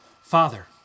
Father